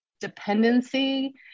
dependency